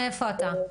מאיפה אתה?